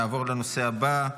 נעבור לנושא הבא: